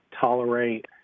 tolerate